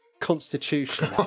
constitution